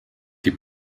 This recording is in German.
die